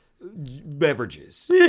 beverages